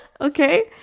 okay